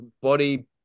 body